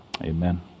Amen